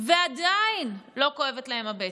ועדיין לא כואבת להם הבטן.